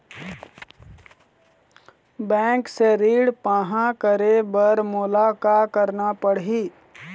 Bank से ऋण पाहां करे बर मोला का करना पड़ही?